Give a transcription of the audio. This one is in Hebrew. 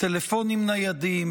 טלפונים ניידים,